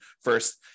first